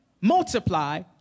multiply